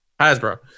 Hasbro